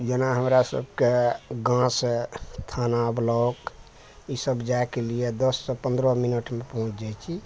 जेना हमरा सबके गाँवसँ थाना ब्लॉक ई सब जाइके लिये दससँ पन्द्रह मिनटमे पहुँच जाइ छी